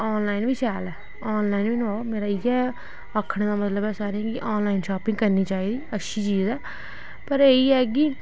online बी शैल ऐ आनलाइन बी नोआओ मेरा इ'यै आखने दा मतलब ऐ सारें गी के आनलाइन शापिंग करनी चाहिदी अच्छी चीज ऐ पर एह् इ'यै कि